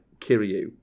Kiryu